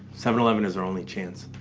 seven eleven is our only chance.